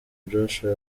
joshua